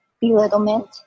belittlement